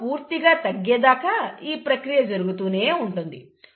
దెబ్బ పూర్తిగా తగ్గేదాకా ఈ ప్రక్రియ జరుగుతూనే ఉంటుంది